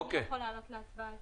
אדוני יכול להעלות להצבעה את